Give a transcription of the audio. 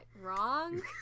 wrong